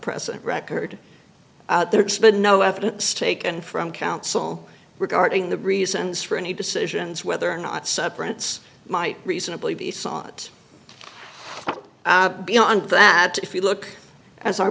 present record there's been no evidence taken from counsel regarding the reasons for any decisions whether or not separates might reasonably be sought beyond that if you look as our